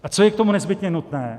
A co je k tomu nezbytně nutné?